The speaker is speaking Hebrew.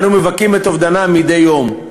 ואנו מבכים את אובדנם מדי יום.